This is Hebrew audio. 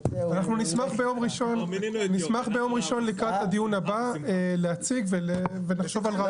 נשמח ביום ראשון לקראת הדיון הבא להציג ולחשוב על רעיונות.